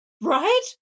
Right